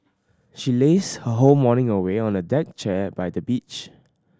she lazed her whole morning away on a deck chair by the beach